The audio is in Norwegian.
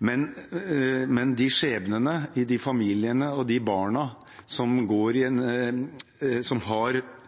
Men skjebnene i de familiene – de barna som f.eks. har anmeldt en sak, som har